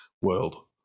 world